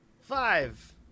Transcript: Five